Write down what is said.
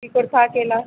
कि कुर्ता अकेला